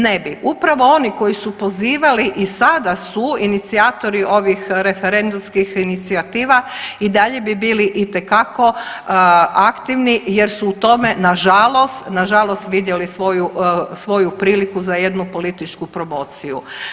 Ne bi, upravo oni koji su pozivali i sada su inicijatori ovih referendumskih inicijativa i dalje bi bili itekako aktivni jer su u tome nažalost, nažalost vidjeli svoju priliku za jednu političku promociju.